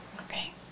Okay